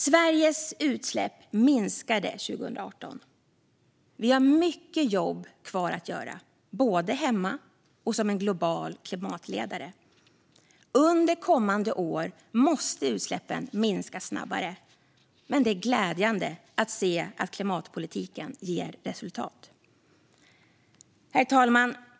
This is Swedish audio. Sveriges utsläpp minskade år 2018. Vi har mycket jobb kvar att göra, både hemma och som global klimatledare. Under kommande år måste utsläppen minska snabbare. Men det är glädjande att se att klimatpolitiken ger resultat. Herr talman!